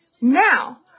Now